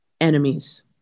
enemies